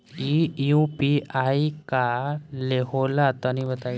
इ यू.पी.आई का होला तनि बताईं?